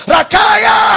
Rakaya